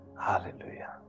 Hallelujah